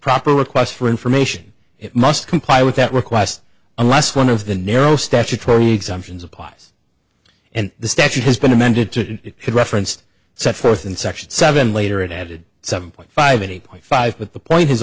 proper request for information it must comply with that request unless one of the narrow statutory exemptions applies and the statute has been amended to it could reference set forth in section seven later it added seven point five eighty five but the point has